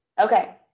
Okay